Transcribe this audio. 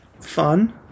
fun